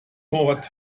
port